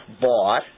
bought